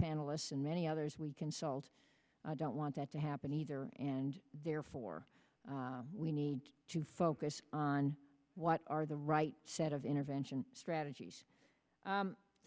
panelists and many others we consult don't want that to happen either and therefore we need to focus on what are the right set of intervention strategies